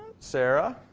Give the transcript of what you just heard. sarah.